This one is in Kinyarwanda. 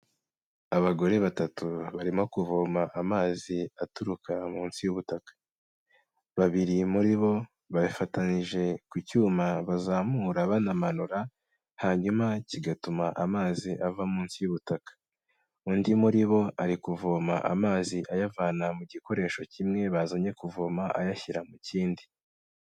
Abagore batatu barimo kuvoma amazi aturuka munsi y'ubutaka. Babiri muri bo bayafatanije ku cyuma bazamura banamanura, hanyuma kigatuma amazi ava munsi y'ubutaka. Undi muri bo ari kuvoma amazi ayavana mu gikoresho kimwe bazanye kuvoma ayashyira mu kindi.